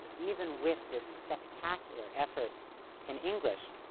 even with this spectacular effort in english.